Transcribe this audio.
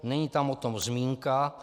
Není tam o tom zmínka.